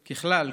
ככלל,